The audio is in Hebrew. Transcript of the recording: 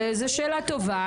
וזו שאלה טובה,